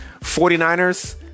49ers